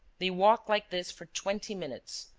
they walked like this for twenty minutes,